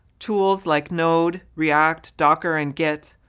tools like node, react, docker, and git,